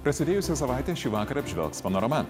prasidėjusią savaitę šį vakar apžvelgs panorama